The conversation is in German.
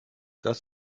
das